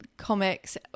comics